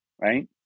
right